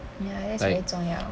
ya that's very 重要